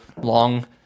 long